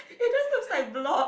it just looks like blobs